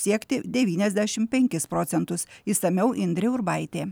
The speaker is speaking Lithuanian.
siekti devyniasdešim penkis procentus išsamiau indrė urbaitė